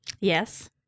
yes